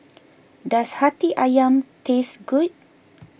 does Hati Ayam taste good